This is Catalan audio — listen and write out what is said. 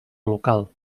local